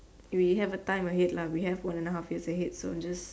we have a time ahead lah we have one a half years ahead so just